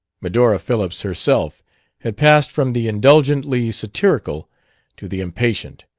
medora phillips herself had passed from the indulgently satirical to the impatient,